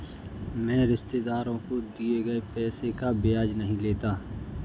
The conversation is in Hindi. मैं रिश्तेदारों को दिए गए पैसे का ब्याज नहीं लेता